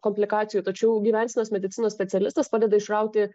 komplikacijų tačiau gyvensenos medicinos specialistas padeda išrauti